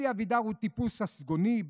אלי אבידר הוא טיפוס ססגוני,